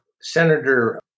Senator